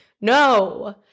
No